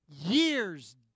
years